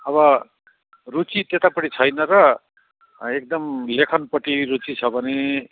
अब रुचि त्यतापट्टि छैन र एकदम लेखकपट्टि रुचि छ भने